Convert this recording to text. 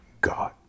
God